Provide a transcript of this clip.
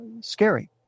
scary